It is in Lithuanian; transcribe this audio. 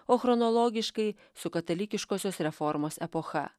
o chronologiškai su katalikiškosios reformos epocha